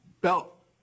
belt